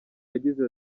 yagize